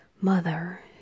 Mother